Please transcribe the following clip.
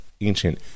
ancient